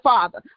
Father